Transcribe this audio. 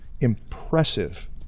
impressive